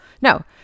No